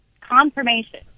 confirmation